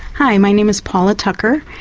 hi, my name is paula tucker,